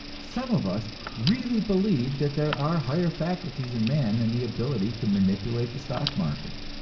some of us really believe that there are higher faculties in man than the ability to manipulate the stock market.